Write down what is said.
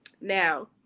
Now